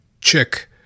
chick